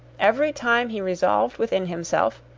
every time he resolved within himself,